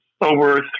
over